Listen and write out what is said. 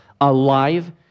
alive